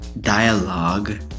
dialogue